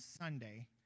Sunday